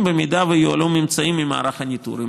במקרה שיועלו ממצאים ממערך הניטור.